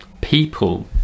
people